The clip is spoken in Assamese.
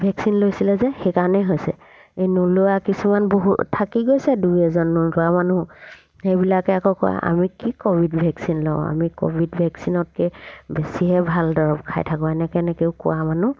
ভেকচিন লৈছিলে যে সেইকাৰণেই হৈছে এই নোলোৱা কিছুমান বহু থাকি গৈছে দুই এজন নোলোৱা মানুহ সেইবিলাকে আকৌ কয় আমি কি ক'ভিড ভেকচিন লওঁ আমি ক'ভিড ভেকচিনতকৈ বেছিহে ভাল দৰৱ খাই থাকোঁ এনেকৈ এনেকেও কোৱা মানুহ